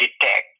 detect